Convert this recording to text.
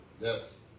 Yes